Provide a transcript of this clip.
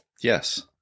Yes